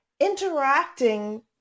interacting